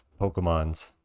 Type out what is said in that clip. Pokemons